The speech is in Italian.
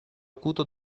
acuto